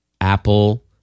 Apple